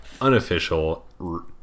unofficial